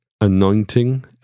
anointing